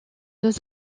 deux